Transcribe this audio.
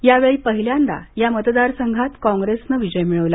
यावेळी पहिल्यांदा या मतदारसंघात काँग्रेसने विजय मिळवला